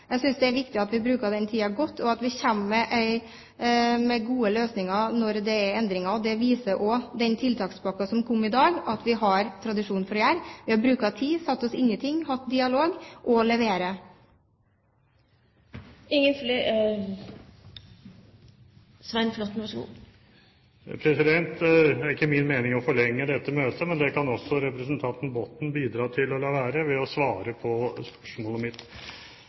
jeg at jeg er det. Jeg synes det er viktig at vi bruker tiden godt, og at vi kommer med gode løsninger når det er endringer. Det viser også den tiltakspakken som kom i dag, at vi har tradisjon for å gjøre. Vi har brukt tid, satt oss inn i ting, hatt dialog og levert. Det er ikke min mening å forlenge dette møtet, men det kan også representanten Botten bidra til ikke å gjøre ved å svare på spørsmålet mitt.